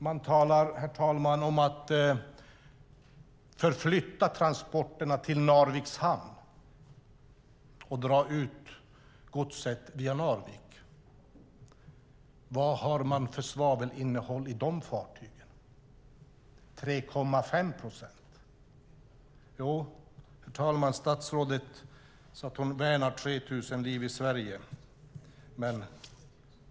Man talar om att förflytta transporterna till Narviks hamn och dra ut godset via Narvik. Vad har man för svavelinnehåll i de fartygen - 3,5 procent? Herr talman! Statsrådet sade att hon värnar 3 000 liv i Sverige.